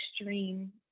extreme